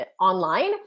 online